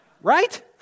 Right